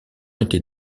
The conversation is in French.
était